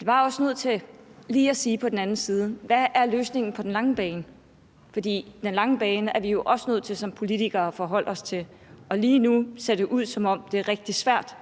Jeg er på den anden side også nødt til lige at spørge om, hvad løsningen er på den lange bane. For den lange bane er vi jo også nødt til som politikere at forholde os til. Lige nu ser det ud, som om det er rigtig svært